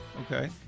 Okay